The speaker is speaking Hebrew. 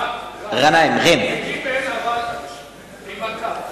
זה גימ"ל, אבל עם מקף.